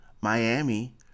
Miami